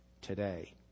today